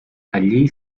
allí